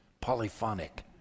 polyphonic